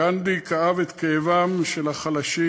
גנדי כאב את כאבם של החלשים.